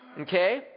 okay